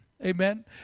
Amen